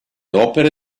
opere